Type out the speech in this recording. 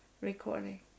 recording